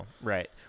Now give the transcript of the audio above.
Right